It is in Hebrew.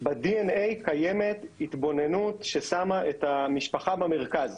בדי.אן.איי קיימת התבוננות ששמה את המשפחה במרכז.